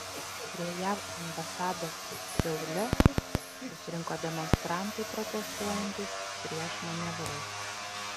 prie jav ambasados seule susirinko demonstrantai protestuojantys prieš manevrus